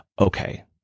okay